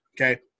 Okay